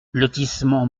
lotissement